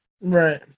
Right